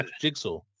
Jigsaw